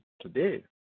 today